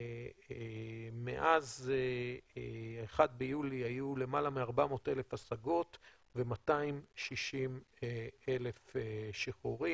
מאז ה-1 ביולי היו למעלה מ-400,000 השגות ו-260,000 שחרורים.